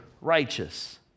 righteous